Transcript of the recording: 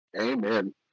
Amen